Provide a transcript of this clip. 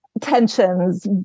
tensions